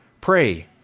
Pray